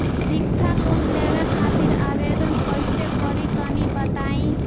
शिक्षा लोन लेवे खातिर आवेदन कइसे करि तनि बताई?